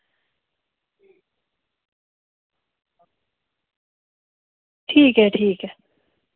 ठीक ऐ ठीक ऐ